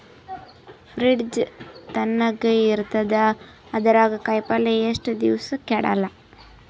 Fridge ತಣಗ ಇರತದ, ಅದರಾಗ ಕಾಯಿಪಲ್ಯ ಎಷ್ಟ ದಿವ್ಸ ಕೆಡಲ್ಲ?